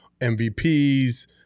MVPs